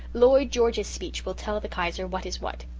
lloyd george's speech will tell the kaiser what is what,